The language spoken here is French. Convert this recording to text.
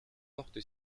porte